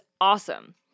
awesome